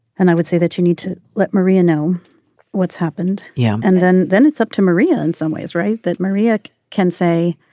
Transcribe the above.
and i would say that you need to let maria know what's happened. yeah um and then then it's up to maria in some way is right that maria can say